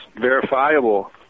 verifiable